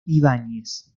ibáñez